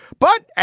but,